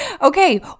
Okay